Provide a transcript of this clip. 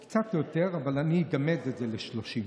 קצת יותר, אבל אני אגמד את זה ל-30 דקות.